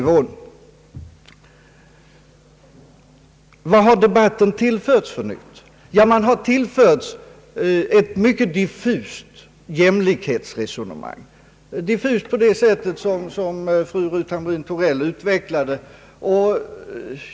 Vad har debatten tillförts för nytt? Den har tillförts ett mycket diffust jämlikhetsresonemang, diffust på det sätt som fru Hamrin-Thorell utvecklade det.